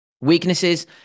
Weaknesses